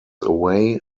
away